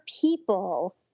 people